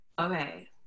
Okay